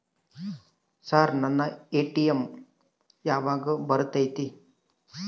Sir ನನ್ನ ATM ಯಾವಾಗ ಬರತೈತಿ?